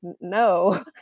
no